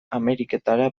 ameriketara